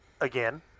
Again